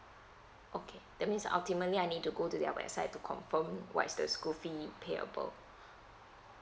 okay that means ultimately I need to go to their website to confirm what's the school fee payable